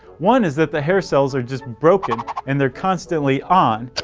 one is that the hair cells are just broken and they're constantly on.